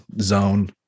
zone